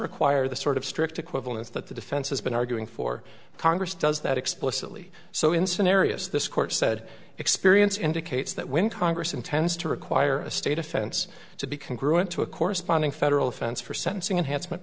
require the sort of strict equivalence that the defense has been arguing for congress does that explicitly so in scenarios this court said experience indicates that when congress intends to require a state offense to be concurrent to a corresponding federal offense for sentencing and h